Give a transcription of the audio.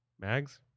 mags